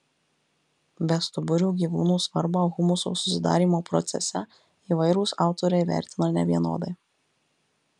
bestuburių gyvūnų svarbą humuso susidarymo procese įvairūs autoriai vertina nevienodai